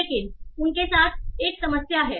लेकिन उनके साथ एक समस्या है